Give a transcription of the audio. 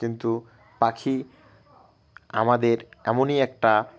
কিন্তু পাখি আমাদের এমনই একটা